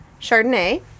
Chardonnay